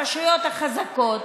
הרשויות החזקות,